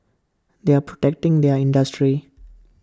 they are protecting their industry